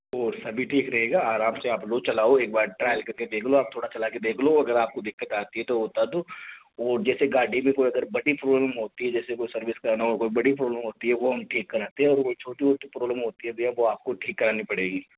और सभी ठीक रहेगा आराम से आप लोग चलाओ एक बार ट्राई करके देख लो आप थोड़ा चला के देख लो अगर आपको दिक्कत आती है तो होता तो वो जैसे गाड़ी पे कोई अगर बड़ी प्रॉब्लम होती है जैसे कोई सर्विस का कोई बड़ी प्रॉब्लम होती है वो हम ठीक कराते हैं और वो छोटी छोटी प्रॉब्लम होती है वो आपको ठीक करनी पड़ेगी